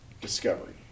discovery